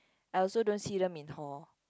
I also don't see them in hall